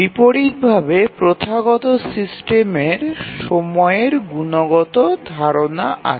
বিপরীতভাবে প্রথাগত সিস্টেমের সময়ের গুণগত ধারণা আছে